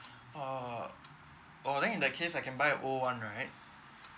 err oh then in that case I can buy a old [one] right